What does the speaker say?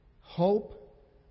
hope